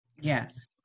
Yes